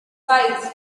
spies